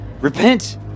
repent